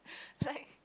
like